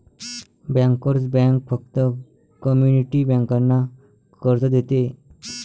bankers bank फक्त community बँकांना कर्ज देते